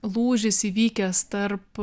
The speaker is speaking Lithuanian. lūžis įvykęs tarp